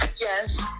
Yes